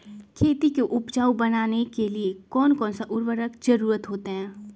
खेती को उपजाऊ बनाने के लिए कौन कौन सा उर्वरक जरुरत होता हैं?